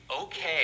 okay